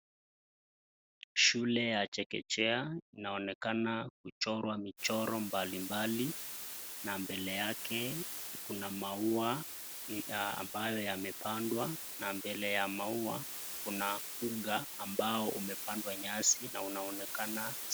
Shule ya chekechea unaonekana kuchorwa michoro mbalimbali. Na mbele yake kuna maua ambaye yamepandwa na mbele ya maua kuna uga ambao umepandwa nyasi na unaonekana.